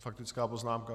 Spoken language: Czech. Faktická poznámka.